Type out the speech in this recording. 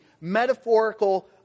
metaphorical